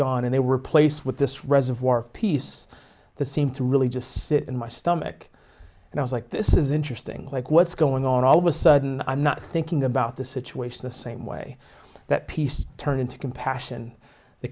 gone and they were replaced with this reservoir piece that seemed to really just sit in my stomach and i was like this is interesting like what's going on all of a sudden i'm not thinking about the situation the same way that piece turned into compassion the